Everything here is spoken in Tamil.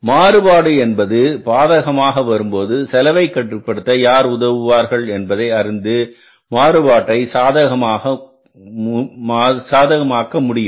மாறுபாடு என்பது பாதகமாக வரும்போது செலவை கட்டுப்படுத்த யார் உதவுவார்கள் என்பதை அறிந்து மாறுபாட்டை சாதகமாக முடியும்